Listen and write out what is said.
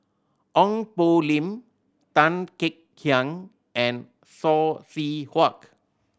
Ong Poh Lim Tan Kek Hiang and Saw Swee Hock